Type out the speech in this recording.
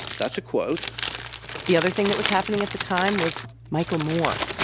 that's a quote the other thing that was happening at the time was michael moore,